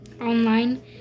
Online